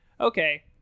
Okay